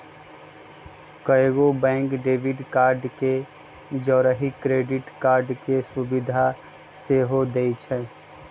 कएगो bank debit card के जौरही क्रेडिट कार्ड के सुभिधा सेहो देइ छै